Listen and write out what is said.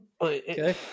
Okay